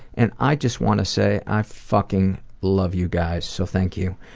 and i just want to say i fucking love you guys so thank you.